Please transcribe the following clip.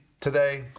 today